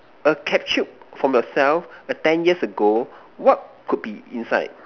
a capsule from yourself err ten years ago what could be inside